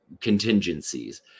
contingencies